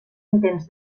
intents